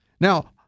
Now